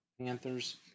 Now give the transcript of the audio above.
panthers